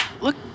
Look